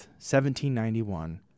1791